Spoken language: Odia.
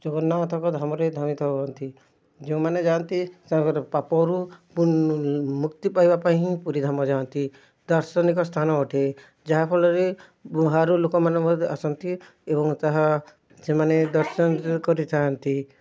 ଜଗନ୍ନାଥଙ୍କ ଧାମରେ ଧାମିତ ହୁଅନ୍ତି ଯେଉଁମାନେ ଯାଆନ୍ତି ତାଙ୍କର ପାପରୁ ମୁକ୍ତି ପାଇବା ପାଇଁ ହିଁ ପୁରୀ ଧାମ ଯାଆନ୍ତି ଦାର୍ଶନିକ ସ୍ଥାନ ଅଟେ ଯାହାଫଳରେ ବାହାରୁ ଲୋକମାନେ ମଧ୍ୟ ଆସନ୍ତି ଏବଂ ତାହା ସେମାନେ ଦର୍ଶନ କରିଥାନ୍ତି